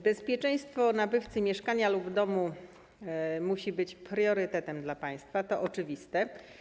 Bezpieczeństwo nabywcy mieszkania lub domu musi być priorytetem dla państwa, to oczywiste.